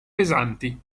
pesanti